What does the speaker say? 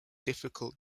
difficult